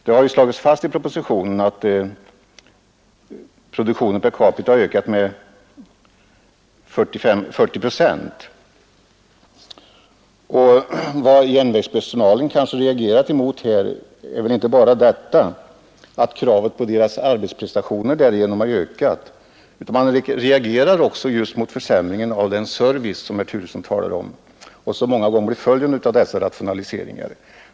Det har slagits fast i propositionen att produktionen per capita har ökat med 40 procent, och vad järnvägspersonalen kanske reagerat mot är inte bara att kravet på dess arbetsprestationer därigenom har ökat, utan också mot den försämring av servicen som herr Turesson talade om och som många gånger blir följden av dessa rationaliseringar.